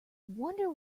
wonder